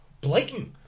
Blatant